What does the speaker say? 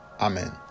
amen